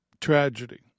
tragedy